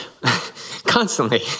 Constantly